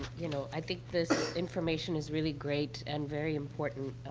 you know, i think this information is really great and very important,